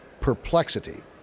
perplexity